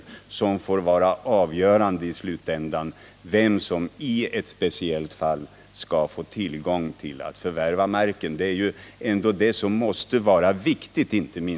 Detta bör få vara avgörande för vem som i ett speciellt fall skall förvärva marken.